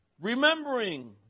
Remembering